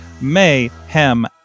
Mayhem